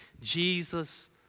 Jesus